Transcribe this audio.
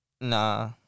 Nah